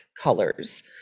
colors